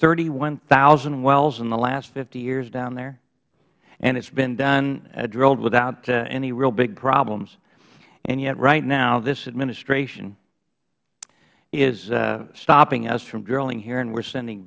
thirty one thousand wells in the last hyears down there and it's been done drilled without any real big problems and yet right now this administration is stopping us from drilling here and we are sending